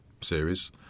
series